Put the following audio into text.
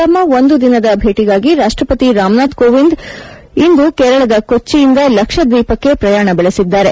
ತಮ್ಮ ಒಂದು ದಿನದ ಭೇಟಿಗಾಗಿ ರಾಷ್ಟಪತಿ ರಾಮ್ನಾಥ್ ಕೋವಿಂದ್ ಅವರು ಇಂದು ಕೇರಳದ ಕೊಚ್ಚಿಯಿಂದ ಲಕ್ಷದ್ವೀಪಕ್ಕೆ ಪ್ರಯಾಣ ಬೆಳೆಸಿದ್ದಾರೆ